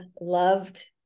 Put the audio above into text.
loved